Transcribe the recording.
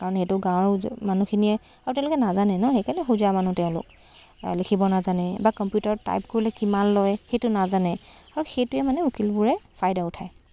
কাৰণ সেইটো গাঁৱৰ মানুহখিনিয়ে আৰু তেওঁলোকে নাজানে ন সেইকাৰণে হোজা মানুহ তেওঁলোক লিখিব নাজানে বা কম্পিউটাৰত টাইপ কৰিলে কিমান লয় সেইটো নাজানে আৰু সেইটোৱে মানে উকিলবোৰে ফায়দা উঠায়